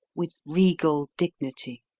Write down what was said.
with regal dignity.